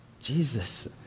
Jesus